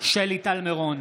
שלי טל מירון,